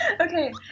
Okay